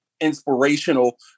inspirational